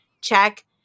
check